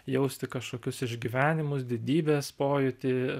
jausti kažkokius išgyvenimus didybės pojūtį